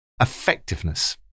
effectiveness